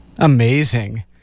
Amazing